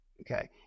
Okay